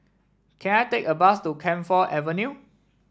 can I take a bus to Camphor Avenue